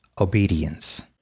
obedience